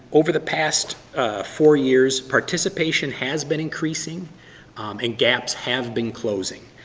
over the past four years, participation has been increasing and gaps have been closing.